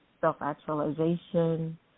self-actualization